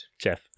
Jeff